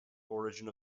origin